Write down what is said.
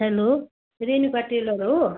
hello Renuka tailor हो